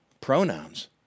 Pronouns